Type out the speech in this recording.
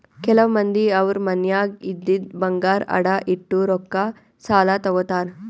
ಕೆಲವ್ ಮಂದಿ ಅವ್ರ್ ಮನ್ಯಾಗ್ ಇದ್ದಿದ್ ಬಂಗಾರ್ ಅಡ ಇಟ್ಟು ರೊಕ್ಕಾ ಸಾಲ ತಗೋತಾರ್